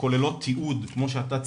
שכוללות תיעוד כמו שאתה ציינת,